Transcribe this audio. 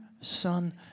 Son